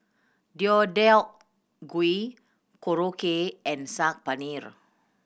Deodeok Gui Korokke and Saag Paneer